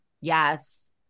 Yes